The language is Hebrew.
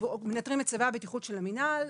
מנטרים את צווי הבטיחות של המינהל,